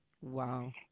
Wow